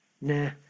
Nah